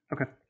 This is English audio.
Okay